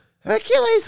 Hercules